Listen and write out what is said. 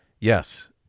Yes